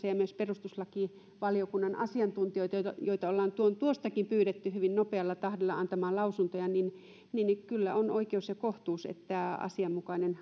ja myös perustuslakivaliokunnan asiantuntijoita ollaan tuon tuostakin pyydetty hyvin nopealla tahdilla antamaan lausuntoja niin niin kyllä on oikeus ja kohtuus että asianmukainen